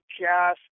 cast